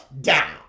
down